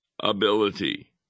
ability